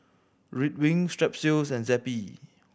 Ridwind Strepsils and Zappy